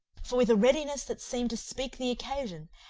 for with a readiness that seemed to speak the occasion,